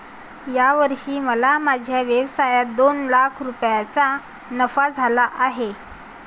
या वर्षी मला माझ्या व्यवसायात दोन लाख रुपयांचा नफा झाला आहे